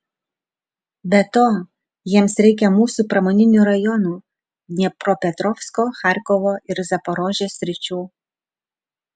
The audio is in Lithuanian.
be to jiems reikia mūsų pramoninių rajonų dniepropetrovsko charkovo ir zaporožės sričių